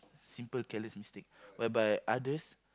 simple careless mistake whereby others